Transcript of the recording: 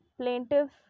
plaintiff